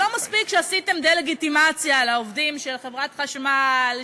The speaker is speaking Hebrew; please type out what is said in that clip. לא מספיק שעשיתם דה-לגיטימציה לעובדים של חברת החשמל,